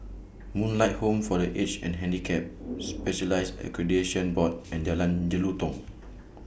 Moonlight Home For The Aged and Handicapped Specialists Accreditation Board and Jalan Jelutong